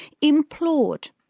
implored